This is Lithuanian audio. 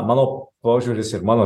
mano požiūris ir mano